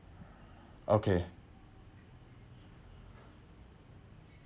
okay